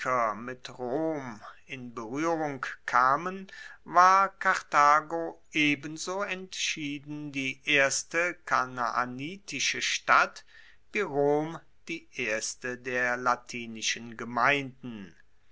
mit rom in beruehrung kamen war karthago ebenso entschieden die erste kanaanitische stadt wie rom die erste der latinischen gemeinden